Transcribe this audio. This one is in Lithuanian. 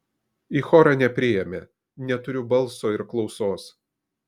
į chorą nepriėmė neturiu balso ir klausos